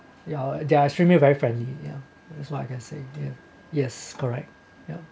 ya they are extremely very friendly yeah that's what I can say yes correct yup